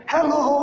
Hello